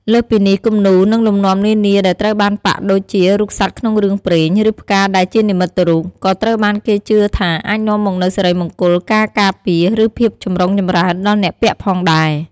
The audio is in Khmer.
លើសពីនេះ គំនូរ និងលំនាំនានាដែលត្រូវបានប៉ាក់ដូចជា រូបសត្វក្នុងរឿងព្រេង ឬផ្កាដែលជានិមិត្តរូប ក៏ត្រូវបានគេជឿថាអាចនាំមកនូវសិរីមង្គល ការការពារ ឬភាពចម្រុងចម្រើនដល់អ្នកពាក់ផងដែរ។